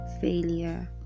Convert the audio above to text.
failure